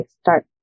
start